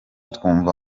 twumva